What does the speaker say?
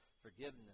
forgiveness